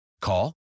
Call